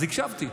אז הקשבתי,